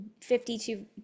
52